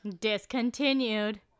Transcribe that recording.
Discontinued